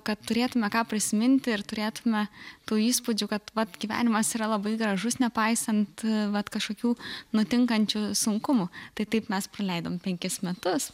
kad turėtume ką prisiminti ir turėtume tų įspūdžių kad vat gyvenimas yra labai gražus nepaisant vat kažkokių nutinkančių sunkumų tai taip mes praleidom penkis metus